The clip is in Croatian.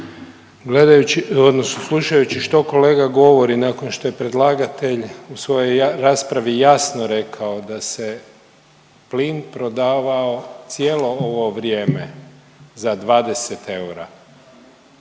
Gledajući odnosno slušajući što kolega govori nakon što je predlagatelj u svojoj raspravi jasno rekao da se plin prodavao cijelo ovo vrijeme za 20 eura,